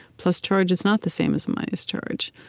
plus-charge is not the same as a minus-charge.